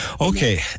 Okay